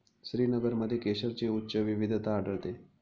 श्रीनगरमध्ये केशरची उच्च विविधता आढळते